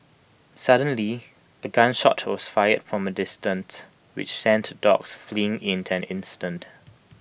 suddenly A gun shot was fired from A distance which sent the dogs fleeing in ten instant